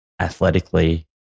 athletically